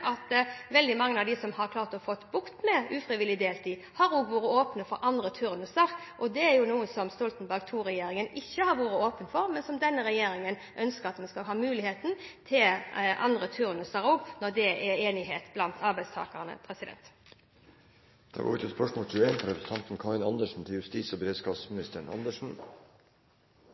at veldig mange av dem som har klart å få bukt med ufrivillig deltid, har vært åpne for andre turnuser. Det er noe Stoltenberg II-regjeringen ikke har vært åpen for. Denne regjeringen ønsker at vi skal ha muligheten til andre turnuser også, når det er enighet blant arbeidstakerne. «Når den amerikanske journalisten Edward Snowden kan få tilgang til store mengder data, må vi ta høyde for at også andre, også kriminelle, kan skaffe seg samme tilgang til